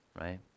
right